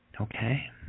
Okay